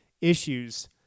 issues